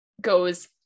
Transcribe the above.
goes